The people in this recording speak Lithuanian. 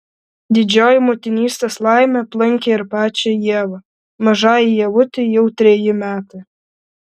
didžioji motinystės laimė aplankė ir pačią ievą mažajai ievutei jau treji metai